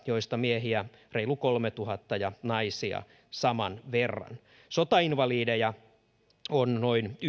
joista miehiä reilu kolmetuhatta ja naisia saman verran sotainvalideja on noin